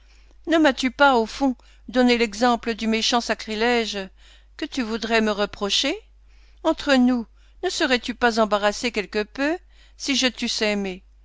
ne m'as-tu pas au fond donné l'exemple du méchant sacrilège que tu voudrais me reprocher entre nous ne serais-tu pas embarrassé quelque peu si je t'eusse aimé